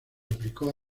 aplicó